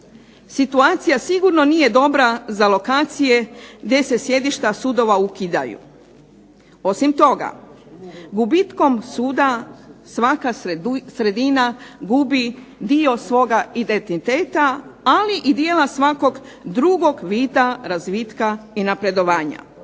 Situacija sigurno nije dobra za lokacije gdje se sjedišta sudova ukidaju. Osim toga gubitkom suda svaka sredina gubi dio svoga identiteta, ali i dijela svakog drugog vida razvitka i napredovanja.